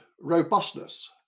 robustness